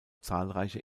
zahlreiche